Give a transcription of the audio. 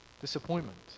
disappointment